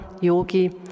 yogi